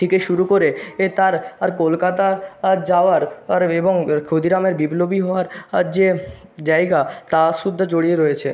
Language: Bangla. থেকে শুরু করে এ তাঁর তাঁর কলকাতা যাওয়ার আর এবং ক্ষুদিরামের বিপ্লবী হওয়ার আর যে জায়গা তা সুদ্ধ জড়িয়ে রয়েছে